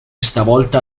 stavolta